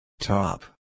Top